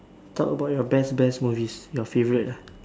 talk about your best best movies your favorite ah